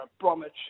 Bromwich